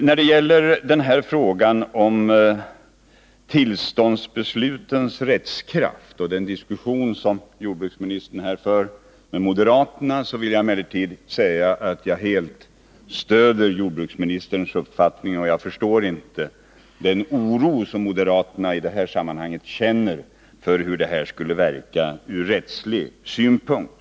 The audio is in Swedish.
När det gäller tillståndsbesluts rättskraft och den diskussion som jordbruksministern för i den frågan med moderaterna vill jag emellertid säga att jag helt stöder jordbruksministerns uppfattning. Jag förstår inte den oro som moderaterna i det här sammanhanget känner för hur förslaget skulle verka ur rättslig synpunkt.